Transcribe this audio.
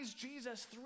Jesus